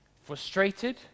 Frustrated